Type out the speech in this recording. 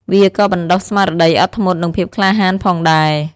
វាក៏បណ្តុះស្មារតីអត់ធ្មត់និងភាពក្លាហានផងដែរ។